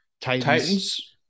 Titans